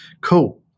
Cool